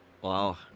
wow